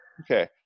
Okay